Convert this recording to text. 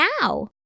now